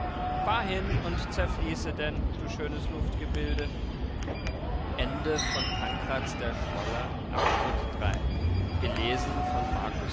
hin und zerfließe denn du schönes luftgebilde